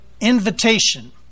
invitation